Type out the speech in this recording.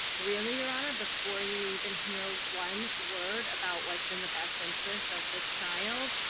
really, your honor? before you even hear one word about what's in the best interest of this child.